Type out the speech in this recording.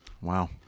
Wow